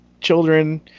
children